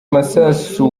masasu